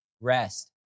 Rest